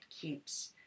keeps